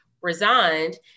resigned